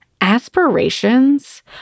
Aspirations